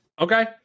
Okay